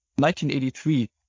1983